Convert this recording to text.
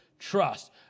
trust